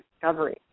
discovery